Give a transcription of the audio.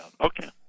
Okay